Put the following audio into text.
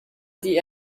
die